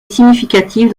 significative